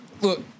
Look